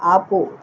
ఆపు